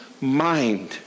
mind